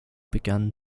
began